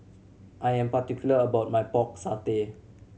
I am particular about my Pork Satay